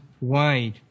wide